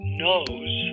knows